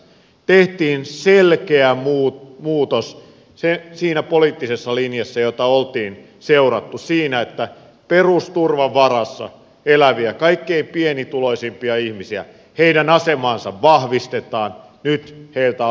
tehtiin selkeä muutos siinä poliittisessa linjassa jota oltiin seurattu siinä että perusturvan varassa elävien kaikkein pienituloisimpien ihmisten asemaa vahvistetaan nyt heiltä alettiin leikkaamaan